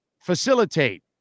facilitate